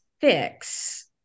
fix